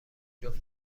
جفت